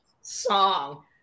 song